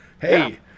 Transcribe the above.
Hey